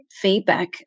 feedback